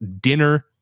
dinner